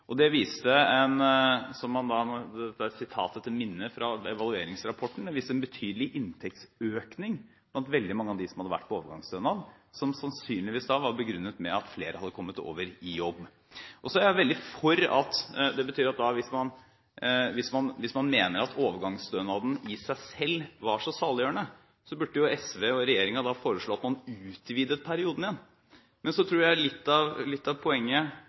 og evalueringsrapporten viste en betydelig inntektsøkning blant veldig mange av dem som hadde vært på overgangsstønad, som sannsynligvis var begrunnet med at flere hadde kommet over i jobb. Hvis man mener at overgangsstønaden i seg selv er så saliggjørende, burde SV og regjeringen foreslå at man utvidet perioden igjen. Nei. Statsråden må vente til hun kommer opp på talerstolen før hun bryter ut med sine meninger. Jeg tror